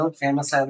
famous